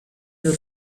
your